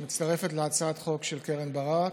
היא מצטרפת להצעת חוק של קרן ברק.